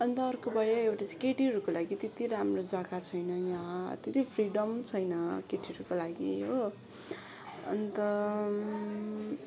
अन्त अर्को भयो एउटा चाहिँ केटीहरूको लागि त्यति राम्रो जग्गा छैन यहाँ त्यति फ्रिडम छैन केटीहरूको लागि हो अन्त